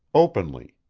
openly,